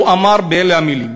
הוא אמר באלה המילים: